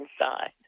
inside